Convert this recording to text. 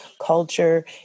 culture